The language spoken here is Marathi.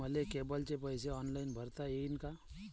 मले केबलचे पैसे ऑनलाईन भरता येईन का?